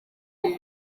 iri